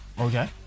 okay